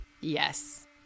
yes